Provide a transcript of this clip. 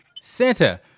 Santa